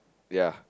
ya